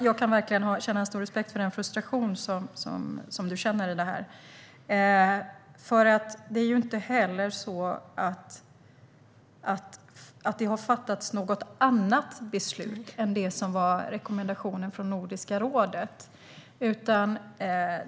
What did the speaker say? Jag kan verkligen känna stor respekt för den frustration du känner i detta, Penilla Gunther, för det är inte heller så att det har fattats något annat beslut än det som var rekommendationen från Nordiska rådet.